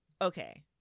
Okay